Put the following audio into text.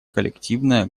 коллективное